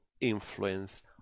influence